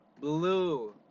Blue